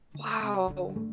Wow